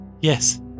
Yes